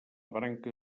branca